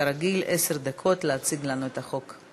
כרגיל, עשר דקות להציג לנו את החוק.